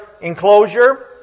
enclosure